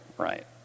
right